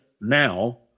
now